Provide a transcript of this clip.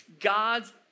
God's